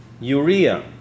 Urea